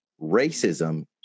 racism